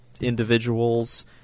individuals